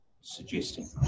suggesting